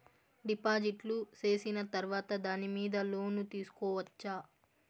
డిపాజిట్లు సేసిన తర్వాత దాని మీద లోను తీసుకోవచ్చా?